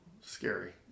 scary